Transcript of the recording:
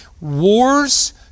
Wars